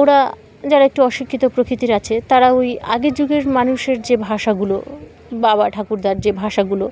ওরা যারা একটু অশিক্ষিত প্রকৃতির আছে তারা ওই আগের যুগের মানুষের যে ভাষাগুলো বাবা ঠাকুরদার যে ভাষাগুলো